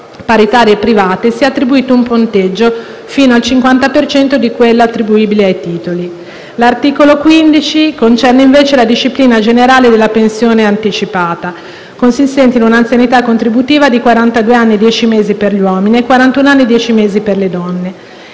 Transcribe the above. paritarie private) sia attribuito un punteggio fino al 50 per cento di quello attribuibile ai titoli. L'articolo 15 concerne, invece, la disciplina generale della pensione anticipata, consistente in un'anzianità contributiva di quarantadue anni e dieci mesi per gli uomini e quarantuno anni e dieci mesi per le donne,